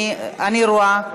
אני רואה.